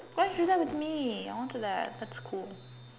why you laugh at me I want to laugh that's cool